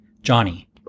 Johnny